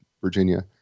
Virginia